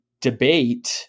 debate